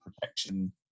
protection